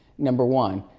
number one.